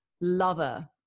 lover